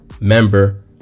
member